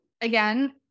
again